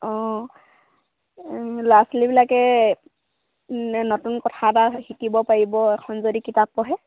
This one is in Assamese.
অঁ ল'ৰা ছোৱালীবিলাকে নতুন কথা এটা শিকিব পাৰিব এখন যদি কিতাপ পঢ়ে